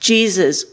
Jesus